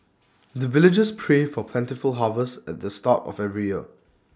the villagers pray for plentiful harvest at the start of every year